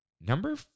Number